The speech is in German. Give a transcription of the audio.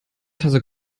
tasse